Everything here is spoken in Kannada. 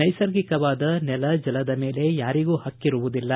ನೈಸರ್ಗಿಕವಾದ ನೆಲ ಜಲದ ಮೇಲೆ ಯಾರಿಗೂ ಹಕ್ಕಿರುವುದಿಲ್ಲ